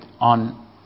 on